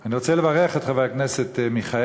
אני רוצה לברך את חבר הכנסת מיכאלי,